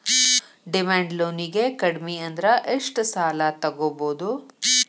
Demand ಲೊನಿಗೆ ಕಡ್ಮಿಅಂದ್ರ ಎಷ್ಟ್ ಸಾಲಾ ತಗೊಬೊದು?